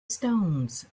stones